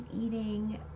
eating